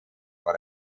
vor